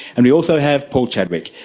and we also have paul chadwick,